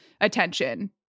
attention